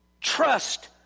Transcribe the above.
Trust